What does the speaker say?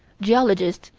geologists,